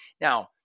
Now